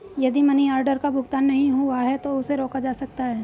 यदि money order का भुगतान नहीं हुआ है तो उसे रोका जा सकता है